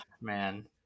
man